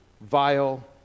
vile